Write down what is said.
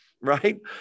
right